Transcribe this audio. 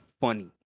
funny